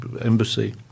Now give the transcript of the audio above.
embassy